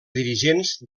dirigents